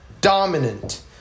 dominant